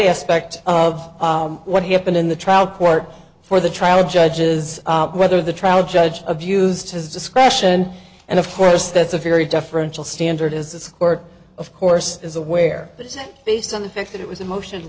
aspect of what happened in the trial court for the trial of judges whether the trial judge abused his discretion and of course that's a very deferential standard is this court of course is aware based on the fact that it was a motion